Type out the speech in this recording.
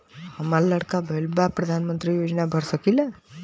हमार लड़की भईल बा प्रधानमंत्री योजना भर सकीला?